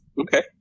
Okay